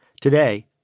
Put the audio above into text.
Today